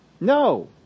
No